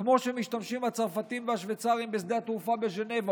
כמו שהצרפתים והשוויצרים משתמשים בשדה התעופה בז'נבה,